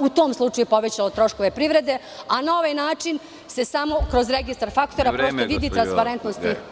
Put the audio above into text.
u tom slučaju povećalo troškove privrede, a na ovaj način se samo kroz registar faktora vidi transparentnost.